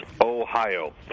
Ohio